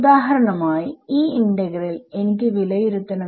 ഉദാഹരണമായി ഈ ഇന്റഗ്രൽ എനിക്ക് വിലയിരുത്തണം